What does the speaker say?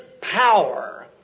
power